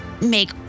make